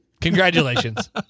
Congratulations